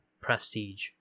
Prestige